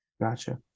Gotcha